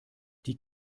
die